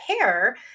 pair